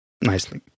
nicely